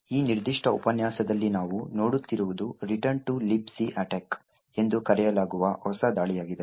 ಈ ನಿರ್ದಿಷ್ಟ ಉಪನ್ಯಾಸದಲ್ಲಿ ನಾವು ನೋಡುತ್ತಿರುವುದು ರಿಟರ್ನ್ ಟು ಲಿಬಿಸಿ ಅಟ್ಯಾಕ್ ಎಂದು ಕರೆಯಲಾಗುವ ಹೊಸ ದಾಳಿಯಾಗಿದೆ